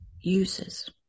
uses